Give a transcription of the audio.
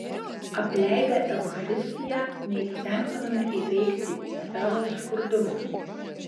apleidę eucharistiją neįstengtumėme įveikti savo skurdumo